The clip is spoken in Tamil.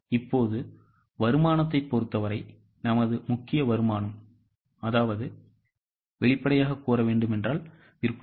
இப்போது வருமானத்தைப் பொருத்தவரை நமது முக்கிய வருமானம்வெளிப்படையாக விற்பனை